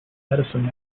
medicine